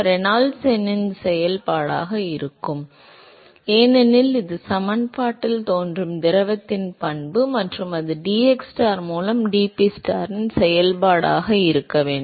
Reynolds எண்ணின் செயல்பாடாக இருக்கும் ஏனெனில் அது சமன்பாட்டில் தோன்றும் திரவத்தின் பண்பு மற்றும் அது dxstar மூலம் dPstar இன் செயல்பாடாக இருக்க வேண்டும்